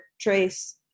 trace